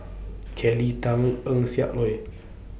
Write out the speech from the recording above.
Kelly Tang Eng Siak Loy